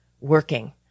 working